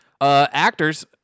Actors